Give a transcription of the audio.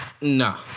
No